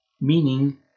meaning